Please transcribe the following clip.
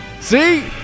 see